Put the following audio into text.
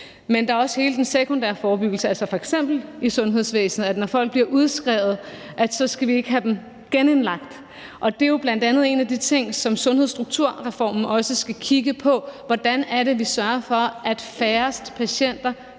Men der er også hele den sekundære forebyggelse, altså at vi f.eks. i sundhedsvæsenet, når folk bliver udskrevet, så ikke skal have dem genindlagt. Det er jo bl.a. også en af de ting, som vi i forbindelse med sundhedsstrukturreformen skal kigge på, altså hvordan vi sørger for, at færrest mulige